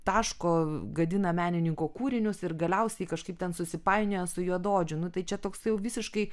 taško gadina menininko kūrinius ir galiausiai kažkaip ten susipainioja su juodaodžiu nu tai čia toks jau visiškai